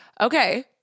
Okay